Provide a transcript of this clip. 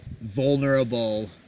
vulnerable